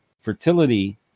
fertility